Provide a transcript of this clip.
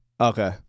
Okay